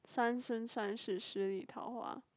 三生三世十里桃花